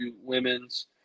women's